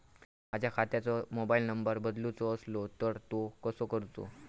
माझ्या खात्याचो mobile number बदलुचो असलो तर तो कसो करूचो?